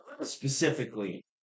specifically